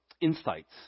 insights